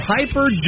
Hyper